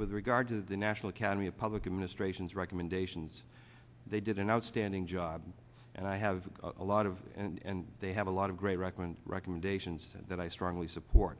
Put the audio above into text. with regard to the national academy of public administrations recommendations they did an outstanding job and i have a lot of and they have a lot of great rockland recommendations that i strongly support